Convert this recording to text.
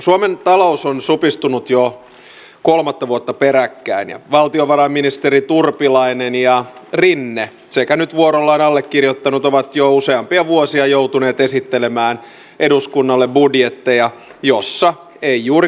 suomen talous on supistunut jo kolmatta vuotta peräkkäin ja valtiovarainministerit urpilainen ja rinne sekä nyt vuorollaan allekirjoittanut ovat jo useampia vuosia joutuneet esittelemään eduskunnalle budjetteja joissa ei juuri kasvun merkkejä näy